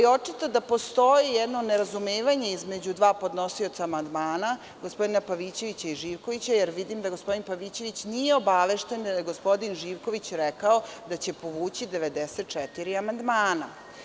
Očito da postoji jedno nerazumevanje između dva podnosioca amandmana, gospodina Pavićevića i gospodina Živkovića, jer vidim da gospodin Pavićević nije obavešten da je gospodin Živković rekao da će povući 94 amandmana.